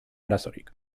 arazorik